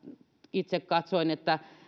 itse katsoin että